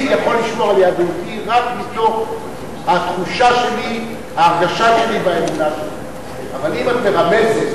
את לא תוכלי לחייב אותי,